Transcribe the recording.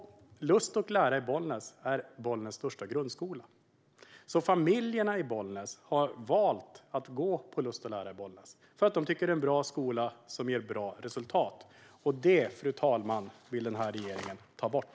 Lust & Lära är Bollnäs största grundskola. Familjerna i Bollnäs har alltså valt att låta barnen gå på Lust & Lära för att de tycker att det är en bra skola som ger bra resultat. Och det, fru talman, vill denna regering ta bort.